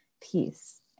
peace